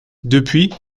depuis